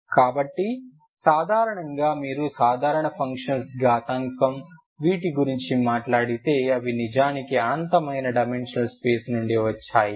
కాబట్టి సాధారణంగా మీరు సాధారణ ఫంక్షన్స్ ఘాతాంకం వీటి గురించి మాట్లాడితే అవి నిజానికి అనంతమైన డైమెన్షనల్ స్పేస్ నుండి వచ్చాయి